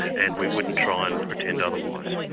and we wouldn't try and pretend otherwise.